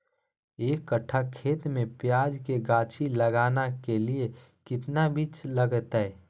एक कट्ठा खेत में प्याज के गाछी लगाना के लिए कितना बिज लगतय?